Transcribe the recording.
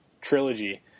trilogy